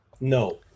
No